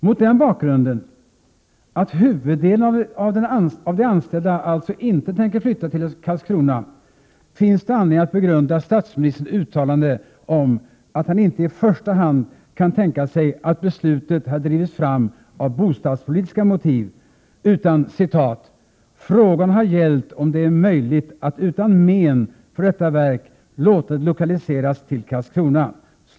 Mot den bakgrunden — att huvuddelen av de anställda alltså inte tänker flytta till Karlskrona — finns det anledning att begrunda statsministerns uttalande att han inte i första hand kan tänka sig att beslutet har drivits fram av bostadspolitiska motiv, utan ”frågan har gällt om det är möjligt att utan men för detta verk låta det lokaliseras till Karlskrona”.